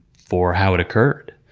for how it occurred.